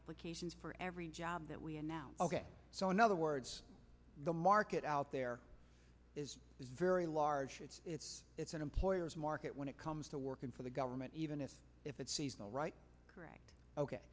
applications for every job that we are now so in other words the market out there is very large it's it's an employer's market when it comes to working for the government even if if it's seasonal right correct ok